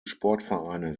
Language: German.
sportvereine